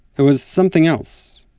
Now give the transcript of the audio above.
it was something else,